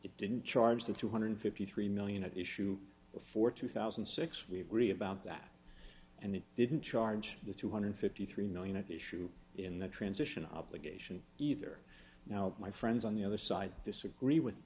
it didn't charge the two hundred and fifty three million dollars at issue before two thousand and six we agree about that and it didn't charge the two hundred and fifty three million dollars at issue in the transition obligation either now my friends on the other side disagree with